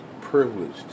privileged